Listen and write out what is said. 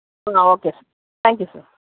okay sir thank you sir